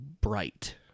bright